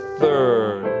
third